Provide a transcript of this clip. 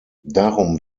darum